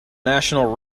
national